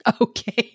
Okay